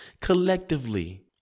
collectively